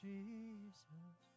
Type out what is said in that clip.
Jesus